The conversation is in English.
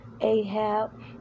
Ahab